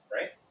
right